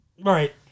Right